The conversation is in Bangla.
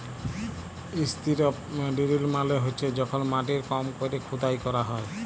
ইসতিরপ ডিরিল মালে হছে যখল মাটির কম ক্যরে খুদাই ক্যরা হ্যয়